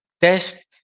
test